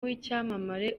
w’icyamamare